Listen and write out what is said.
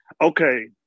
okay